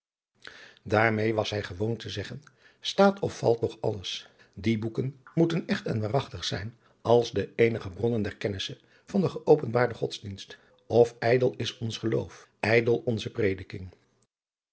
daarmeê was hij gewoon te zeggen staat of valt toch alles die boeken moeten echt en waarachtig zijn als de eenige bronnen der kennisse van den geopenbaarden godsdienst of ijdel is ons geloof ijdel onze prediking